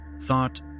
thought